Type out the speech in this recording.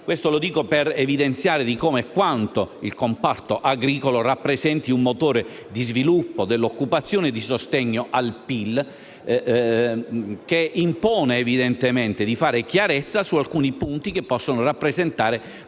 questo per evidenziare come e quanto il comparto agricolo rappresenti un motore di sviluppo dell'occupazione e di sostegno al PIL, il che - evidentemente - impone di fare chiarezza su alcuni punti, che possono rappresentare